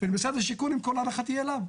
ומשרד השיכון, עם כל הערכתי אליו,